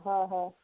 হয় হয়